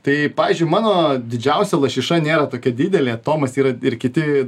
tai pavyzdžiui mano didžiausia lašiša nėra tokia didelė tomas yra ir kiti